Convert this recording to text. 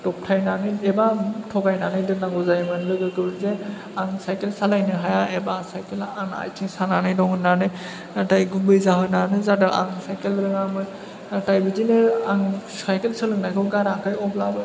दबथायनानै एबा थगायनानै दोन्नांगौ जायोमोन लोगोखौ जे आं साइकेल सालायनो हाया एबा साइकेला आंना आथिं सानानै दं होन्नानै नाथाय गुबै जाहोनानो जादों आं साइकेल रोङामोन नाथाय बिदिनो आं साइकेल सोलोंनायखौ गाराखै अब्लाबो